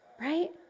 right